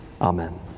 amen